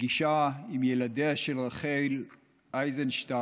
בפגישה עם ילדיה של רחל אייזנשטדט,